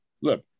Look